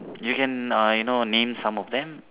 you can uh you know name some of them